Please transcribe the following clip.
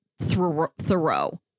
Thoreau